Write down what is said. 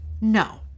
No